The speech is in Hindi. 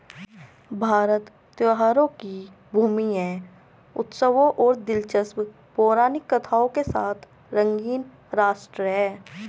भारत त्योहारों की भूमि है, उत्सवों और दिलचस्प पौराणिक कथाओं के साथ रंगीन राष्ट्र है